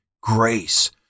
Grace